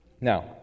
Now